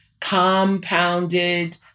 compounded